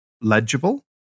legible